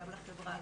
גם לחברה,